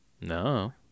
No